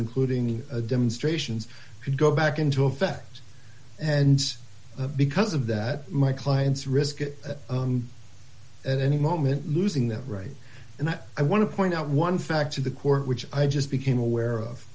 including the demonstrations could go back into effect and because of that my clients risk it at any moment losing that right and i want to point out one fact to the court which i just became aware of